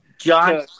john